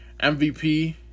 MVP